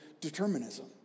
determinism